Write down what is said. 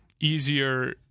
easier